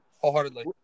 Wholeheartedly